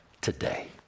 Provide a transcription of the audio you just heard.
today